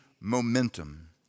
momentum